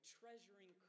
treasuring